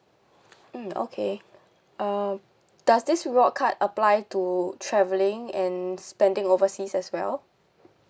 mm okay um does this reward card apply to travelling and spending overseas as well